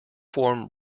form